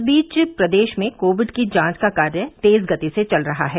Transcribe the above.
इस बीच प्रदेश में कोविड की जांच का कार्य तेज गति से चल रहा है